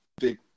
big